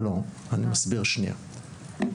לא אני מסביר שנייה,